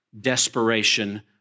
desperation